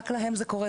רק להם זה קורה.